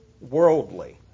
worldly